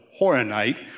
Horonite